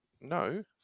No